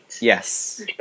Yes